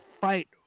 fight